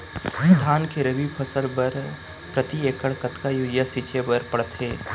धान के रबि फसल बर प्रति एकड़ कतका यूरिया छिंचे बर पड़थे?